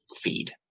feed